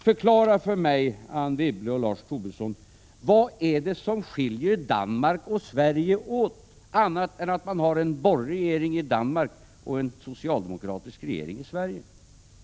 Förklara för mig, Anne Wibble och Lars Tobisson, vad det är som skiljer Danmark och Sverige åt annat än att man har en borgerlig regering i Danmark och en socialdemokratisk regering i Sverige!